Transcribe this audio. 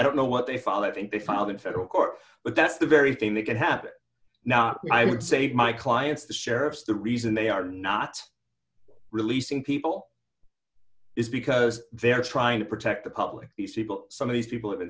don't know what they follow up and they filed in federal court but that's the very thing that could happen now i would save my clients the sheriffs the reason they are not releasing people it's because they're trying to protect the public these people some of these people have been